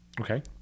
Okay